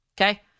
Okay